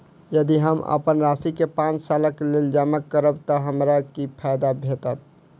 यदि हम अप्पन राशि केँ पांच सालक लेल जमा करब तऽ हमरा की फायदा भेटत?